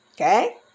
Okay